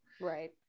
Right